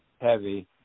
heavy